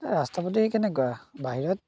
ৰাস্তা পাতি কেনেকুৱা বাহিৰত